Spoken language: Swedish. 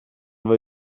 var